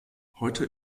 heute